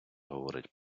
говорить